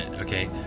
Okay